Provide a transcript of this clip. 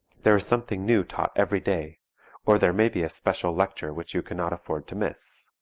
there is something new taught every day or there may be a special lecture which you cannot afford to miss.